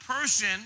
person